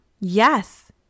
Yes